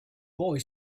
boy